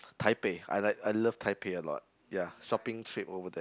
Taipei I like I love Taipei a lot ya shopping trip over there